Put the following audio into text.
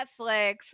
Netflix